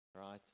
Right